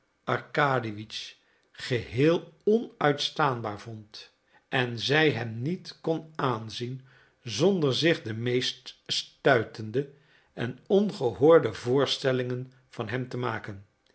arkadiewitsch geheel onuitstaanbaar vond en zij hem niet kon aanzien zonder zich de meest stuitende en ongehoorde voorstellingen van hem te maken